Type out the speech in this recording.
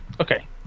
Okay